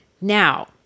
Now